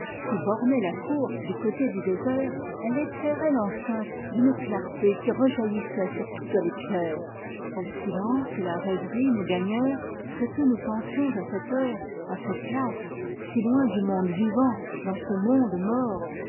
qui bornaient la cour du côté du désert elle éclairait l'enceinte d'une clarté qui rejaillissait sur toutes les pierres le silence et la rêverie nous gagnèrent ce que nous pensions à cette heure à cette place si loin du monde vivant dans ce monde mort